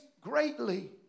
greatly